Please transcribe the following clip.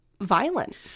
violent